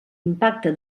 impacte